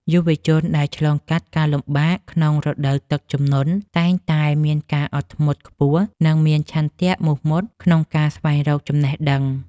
យុវជនដែលឆ្លងកាត់ការលំបាកក្នុងរដូវទឹកជំនន់ តែងតែមានការអត់ធ្មត់ខ្ពស់ និង មានឆន្ទៈមោះមុតក្នុងការស្វែងរកចំណេះដឹង។